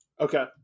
Okay